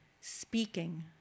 speaking